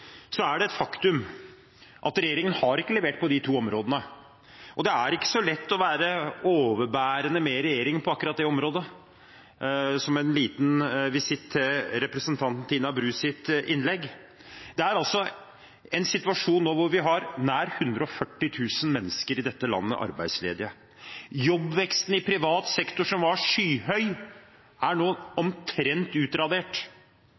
Så er det et faktum at regjeringen ikke har levert på de to områdene, og det er ikke så lett å være overbærende med regjeringen på akkurat det området – som en liten visitt til representanten Tina Brus innlegg. Vi er altså i en situasjon nå hvor vi har nesten 140 000 mennesker i dette landet som er arbeidsledige. Jobbveksten i privat sektor som var skyhøy, er nå omtrent utradert.